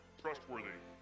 trustworthy